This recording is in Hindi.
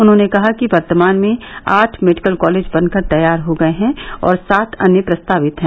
उन्होंने कहा कि वर्तमान में आठ मेडिकल कालेज बनकर तैयार हो गए हैं और सात अन्य प्रस्तावित हैं